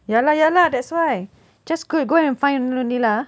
ya lah ya lah that's why just g~ go and find only lah ah